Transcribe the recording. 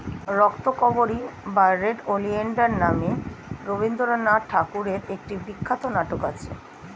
রক্তকরবী বা red oleander নামে রবিন্দ্রনাথ ঠাকুরের একটি বিখ্যাত নাটক আছে